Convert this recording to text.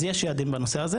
אז יש יעדים בנושא הזה,